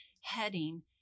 heading